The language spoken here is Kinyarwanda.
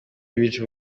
beach